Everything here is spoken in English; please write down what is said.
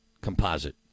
composite